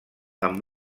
amb